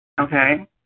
Okay